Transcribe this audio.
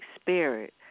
spirit